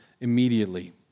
immediately